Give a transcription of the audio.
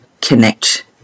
connect